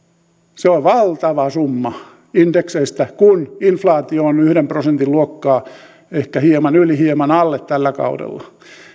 se on valtava summa indekseistä kun inflaatio on yhden prosentin luokkaa ehkä hieman alle tällä kaudella